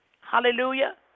Hallelujah